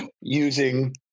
using